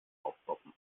aufpoppen